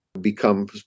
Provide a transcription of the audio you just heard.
become